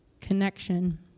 connection